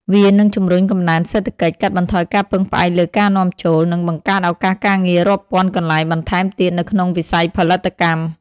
វានឹងជំរុញកំណើនសេដ្ឋកិច្ច កាត់បន្ថយការពឹងផ្អែកលើការនាំចូល និងបង្កើតឱកាសការងាររាប់ពាន់កន្លែងបន្ថែមទៀតនៅក្នុងវិស័យផលិតកម្ម។